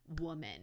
woman